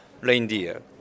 reindeer